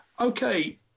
okay